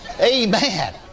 Amen